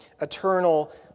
eternal